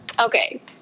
Okay